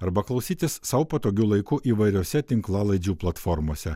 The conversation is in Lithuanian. arba klausytis sau patogiu laiku įvairiose tinklalaidžių platformose